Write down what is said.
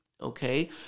okay